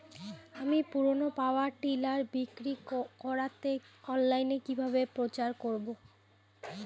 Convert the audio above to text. আমার পুরনো power tiller বিক্রি করাতে অনলাইনে কিভাবে প্রচার করব?